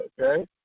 Okay